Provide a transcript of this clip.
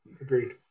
agreed